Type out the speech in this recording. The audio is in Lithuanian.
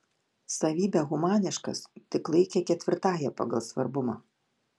savybę humaniškas tik laikė ketvirtąja pagal svarbumą